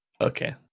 Okay